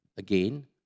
Again